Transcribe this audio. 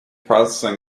processing